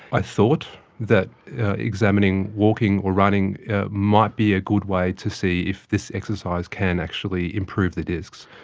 i thought that examining walking or running might be a good way to see if this exercise can actually improve the discs.